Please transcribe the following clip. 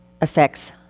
affects